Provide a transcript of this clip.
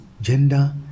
gender